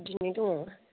बिदिनि दङ